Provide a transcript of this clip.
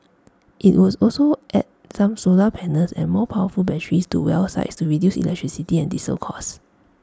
IT was also add some solar panels and more powerful batteries to well sites to reduce electricity and diesel costs